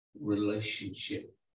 relationship